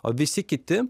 o visi kiti